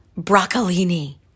broccolini